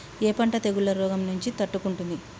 ఏ పంట తెగుళ్ల రోగం నుంచి తట్టుకుంటుంది?